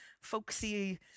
folksy